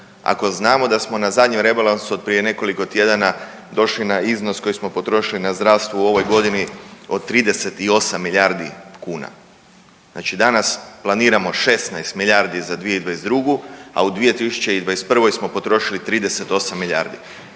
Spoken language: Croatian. Ako znamo da smo na zadnjem Rebalansu od prije nekoliko tjedana došli na iznos koji smo potrošili na zdravstvo u ovoj godini od 38 milijardi kuna. Znači danas planiramo 16 milijardi za 2022. a u 2021. smo potrošili 38 milijardi.